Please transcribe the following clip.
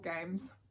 games